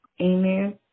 amen